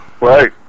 Right